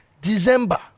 December